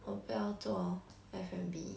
我不要做 F&B